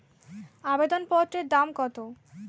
আবেদন পত্রের দাম কত?